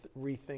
rethink